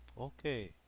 Okay